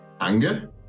anger